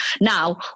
now